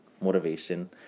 motivation